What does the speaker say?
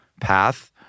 path